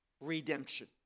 Redemption